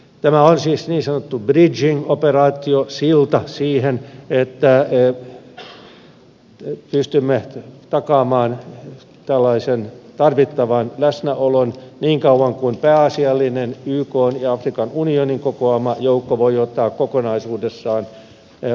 tämä on siis niin sanottu bridging operaatio silta siihen että pystymme takaamaan tällaisen tarvittavan läsnäolon niin kauan kuin pääasiallinen ykn ja afrikan unionin kokoama joukko voi ottaa kokonaisuudessaan vastuun